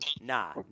nah